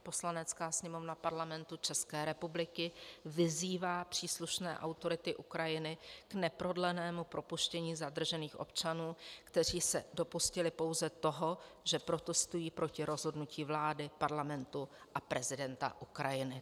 Poslanecká sněmovna Parlamentu České republiky vyzývá příslušné autority Ukrajiny k neprodlenému propuštění zadržených občanů, kteří se dopustili pouze toho, že protestují proti rozhodnutí vlády, parlamentu a prezidenta Ukrajiny.